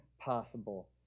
possible